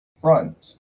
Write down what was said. front